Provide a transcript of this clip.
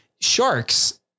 Sharks